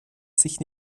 sich